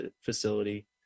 facility